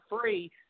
free